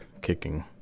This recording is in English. kicking